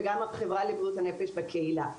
הנפש בקהילה.